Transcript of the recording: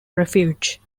refuge